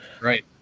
Right